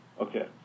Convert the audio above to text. Okay